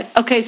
Okay